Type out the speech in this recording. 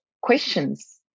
questions